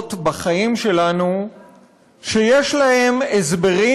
עוולות בחיים שלנו שיש להן הסברים,